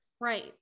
Right